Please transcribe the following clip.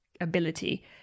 ability